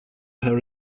her